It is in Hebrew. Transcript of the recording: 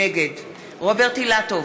נגד רוברט אילטוב,